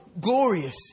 glorious